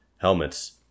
helmets